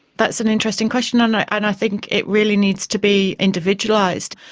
that's an interesting question and i think it really needs to be individualised.